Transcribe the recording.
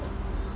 ha